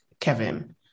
Kevin